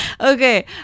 okay